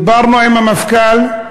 דיברנו עם המפכ"ל,